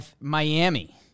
Miami